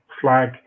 Flag